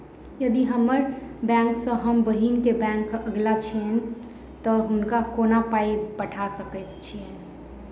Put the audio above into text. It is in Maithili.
यदि हम्मर बैंक सँ हम बहिन केँ बैंक अगिला छैन तऽ हुनका कोना पाई पठा सकैत छीयैन?